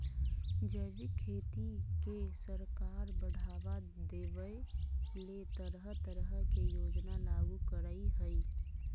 जैविक खेती के सरकार बढ़ाबा देबय ले तरह तरह के योजना लागू करई हई